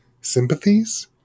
sympathies